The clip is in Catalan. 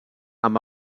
amb